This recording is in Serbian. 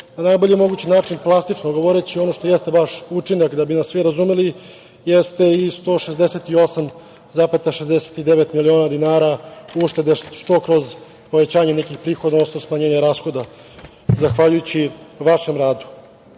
na najbolji mogući način, plastično govoreći, ono što jeste vaš učinak, da bi nas svi razumeli, jeste i 168,69 miliona dinara uštede, što kroz povećanje nekih prihoda, odnosno smanjenje rashoda, zahvaljujući vašem radu. Kroz